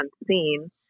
unseen